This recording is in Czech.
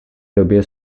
době